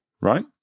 right